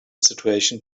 situation